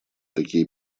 такие